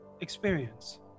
experience